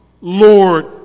Lord